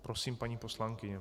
Prosím, paní poslankyně.